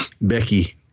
Becky